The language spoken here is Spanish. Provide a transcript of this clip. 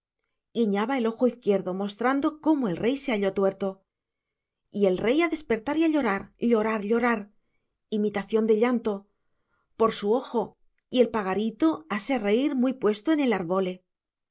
guiñaba el ojo izquierdo mostrando cómo el rey se halló tuerto y el rey a despertar y a llorar llorar llorar imitación de llanto por su ojo y el pagarito a se reír muy puesto en el árbole